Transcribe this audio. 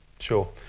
Sure